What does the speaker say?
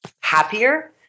happier